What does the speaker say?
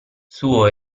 suo